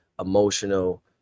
emotional